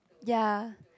ya